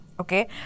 okay